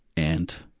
and,